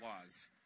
laws